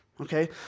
Okay